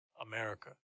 America